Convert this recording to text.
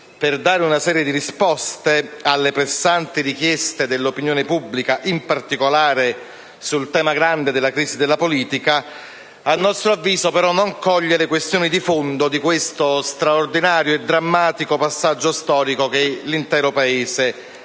per dare una serie di risposte alle pressanti richieste dell'opinione pubblica, in particolare sul tema della crisi della politica, non colga le questioni di fondo di questo straordinario e drammatico passaggio storico che l'intero Paese sta